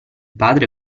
padre